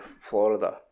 Florida